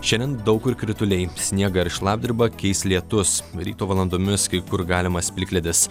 šiandien daug kur krituliai sniegą ir šlapdribą keis lietus ryto valandomis kai kur galimas plikledis